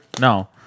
No